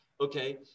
Okay